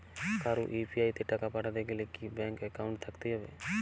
কারো ইউ.পি.আই তে টাকা পাঠাতে গেলে কি ব্যাংক একাউন্ট থাকতেই হবে?